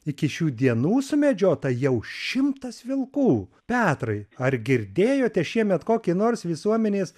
iki šių dienų sumedžiota jau šimtas vilkų petrai ar girdėjote šiemet kokį nors visuomenės